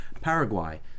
Paraguay